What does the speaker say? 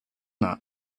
not